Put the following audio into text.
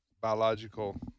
biological